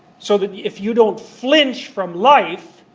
so that if you don't flinch from life,